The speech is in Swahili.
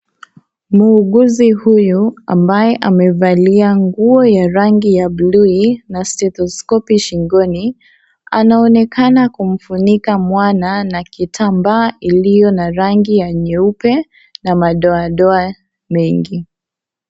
Muuguzi huyu ambaye amevalia nguo ya rangi ya bluu hii na steroskopi shingoni, anaonekana kumfunika mwana na kitambaa iliyo na rangi ya nyeupe na madoadoa mengi.